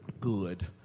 good